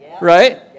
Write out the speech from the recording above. Right